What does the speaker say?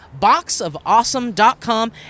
boxofawesome.com